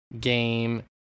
game